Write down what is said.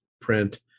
print